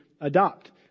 adopt